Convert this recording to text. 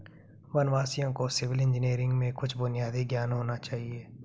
वनवासियों को civil engineering में कुछ बुनियादी ज्ञान होना चाहिए